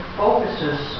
focuses